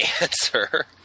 answer